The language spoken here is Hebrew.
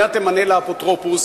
המדינה תמנה לה אפטרופוס,